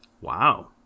Wow